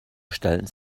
stellen